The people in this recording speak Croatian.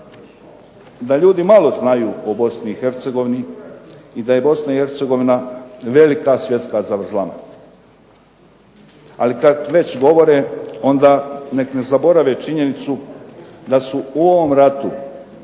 da ljudi malo znaju o Bosni i Hercegovini i da je Bosna i Hercegovina velika svjetska zavrzlama. Ali kad već govore onda nek ne zaborave činjenicu da su u ovom ratu